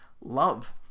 love